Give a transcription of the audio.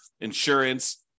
insurance